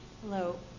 Hello